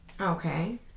Okay